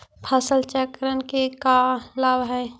फसल चक्रण के का लाभ हई?